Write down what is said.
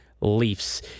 Leafs